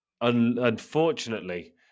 Unfortunately